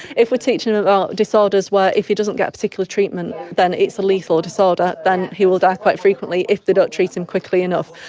if we are teaching them about disorders where if he doesn't get a particular treatment then it's a lethal disorder, then he will die quite frequently if they don't treat him quickly enough.